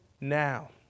now